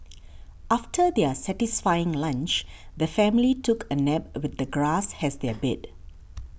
after their satisfying lunch the family took a nap with the grass as their bed